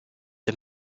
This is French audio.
des